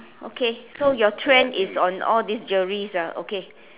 okay so your trend is on all this jewelries ah okay